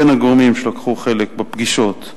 בין הגורמים שלקחו חלק בפגישות: